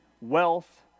wealth